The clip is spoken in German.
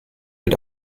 mit